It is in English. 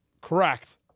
correct